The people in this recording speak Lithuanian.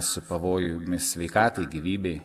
su pavojumi sveikatai gyvybei